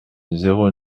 zéro